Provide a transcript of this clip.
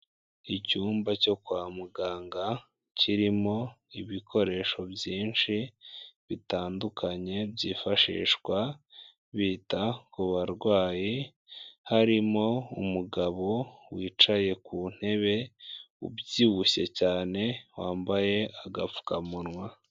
Icyumba cyo kwa muganga kirimo ibikoresho byinshi bitandukanye byifashishwa bita ku barwayi harimo umugabo wicaye ku ntebe ubyibushye cyane wambaye agapfukamunwa.